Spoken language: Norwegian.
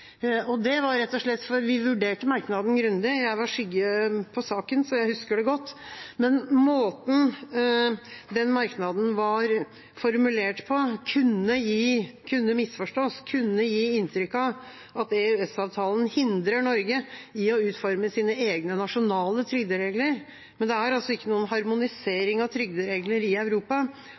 Vi vurderte merknaden grundig – jeg var skyggeordfører i saken, så jeg husker det godt. Måten merknaden var formulert på, kunne misforstås og gi inntrykk av at EØS-avtalen hindrer Norge i å utforme sine egne nasjonale trygderegler. Men det er altså ikke noen harmonisering av trygderegler i Europa